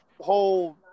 whole